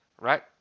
right